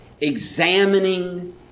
examining